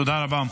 תודה רבה.